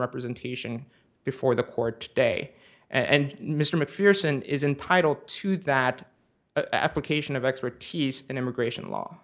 representation before the court day and mr macpherson is entitled to that application of expertise in immigration law